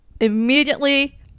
immediately